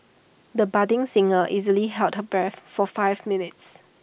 the budding singer easily held her breath for five minutes